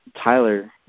Tyler